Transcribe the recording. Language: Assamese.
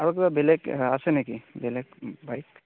আৰু কিবা বেলেগ আছে নেকি বেলেগ বাইক